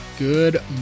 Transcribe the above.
Good